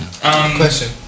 Question